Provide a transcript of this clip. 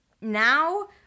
now